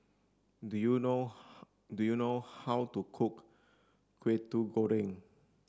do you know do you know how to cook Kwetiau Goreng